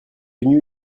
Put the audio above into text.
venu